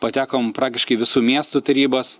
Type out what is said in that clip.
patekom praktiškai į visų miestų tarybas